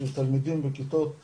של תלמידים בכיתות ו'